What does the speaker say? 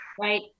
right